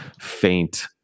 faint